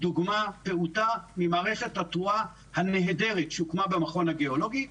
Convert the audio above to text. אתן לך דוגמה פעוטה ממערכת התרועה הנהדרת שהוקמה במכון הגיאולוגי,